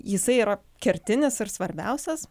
jisai yra kertinis ir svarbiausias